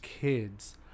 kids